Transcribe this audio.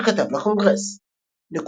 שכתב לקונגרס .